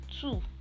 Two